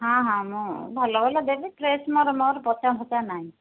ହଁ ହଁ ମୁଁ ଭଲ ଭଲ ଦେବି ଫ୍ରେଶ୍ ମୋର ମୋର ପଚା ଫଚା ନାହିଁ